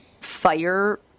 fire